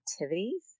activities